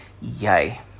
Yay